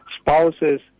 spouses